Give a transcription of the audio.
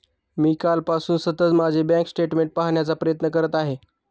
मी कालपासून सतत माझे बँक स्टेटमेंट्स पाहण्याचा प्रयत्न करत आहे